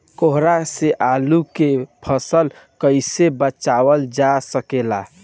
कोहरा से आलू के फसल कईसे बचावल जा सकेला?